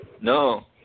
No